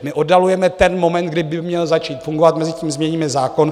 My oddalujeme ten moment, kdy by měl začít fungovat, mezitím změníme zákon.